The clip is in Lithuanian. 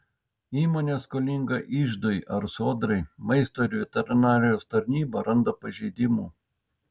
įmonė skolinga iždui ar sodrai maisto ir veterinarijos tarnyba randa pažeidimų